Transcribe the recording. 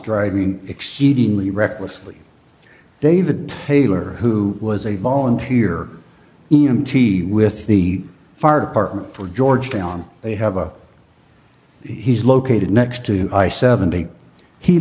driving exceedingly recklessly david taylor who was a volunteer e m t with the fire department for georgetown they have a he's located next to i seventy he